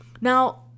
now